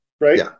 right